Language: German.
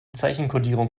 zeichenkodierung